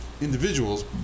individuals